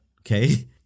okay